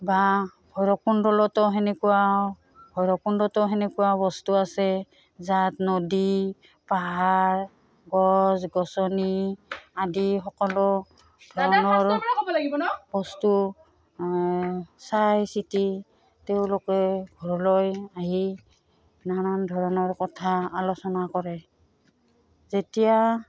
বা ভৈৰৱকুণ্ডলতো সেনেকুৱা ভৈৰৱকুণ্ডতো সেনেকুৱা বস্তু আছে যাত নদী পাহাৰ গছ গছনি আদি সকলো ধৰণৰ বস্তু চাই চিটি তেওঁলোকে ঘৰলৈ আহি নানান ধৰণৰ কথা আলোচনা কৰে যেতিয়া